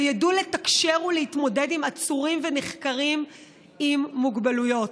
וידעו לתקשר ולהתמודד עם עצורים ונחקרים עם מוגבלויות.